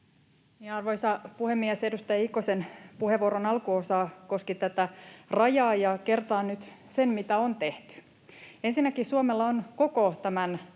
Arvoisa puhemies! Edustaja Ikosen puheenvuoron alkuosa koski rajaa, ja kertaan nyt sen, mitä on tehty. Ensinnäkin Suomella on koko tämän